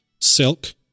silk